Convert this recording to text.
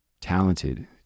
talented